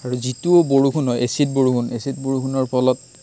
আৰু যিটো বৰষুণ হয় এছিড বৰষুণ এছিড বৰষুণৰ ফলত